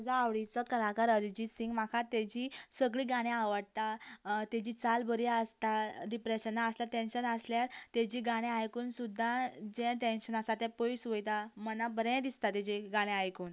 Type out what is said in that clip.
म्हाजो आवडीचो कलाकार अर्जित सिंह म्हाका तेजी सगळीं गाणी आवडटा ताजी चाल बरी आसता डिप्रेशनान आसल्यार टेंशन आसल्यार ताजी गाणी आयकून सुद्दां जे टेंशन आसा तें पयस वयता मनाक बरें दिसतां ताजें गाणी आयकून